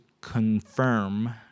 confirm